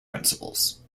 principles